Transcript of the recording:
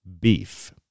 beef